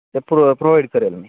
ते pro provide करेल मी